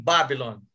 Babylon